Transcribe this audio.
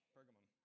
Pergamum